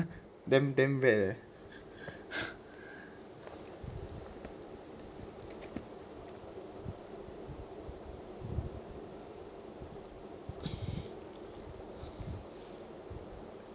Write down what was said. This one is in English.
damn damn bad leh